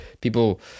people